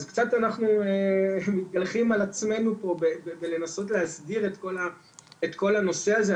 אז קצת אנחנו מתגלחים על עצמנו פה בלנסות להסדיר את כל הנושא הזה.